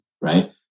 right